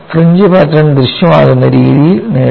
fringe pattern ദൃശ്യമാകുന്ന രീതിയിൽ നേടുക